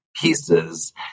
pieces